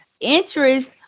interest